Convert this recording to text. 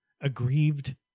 aggrieved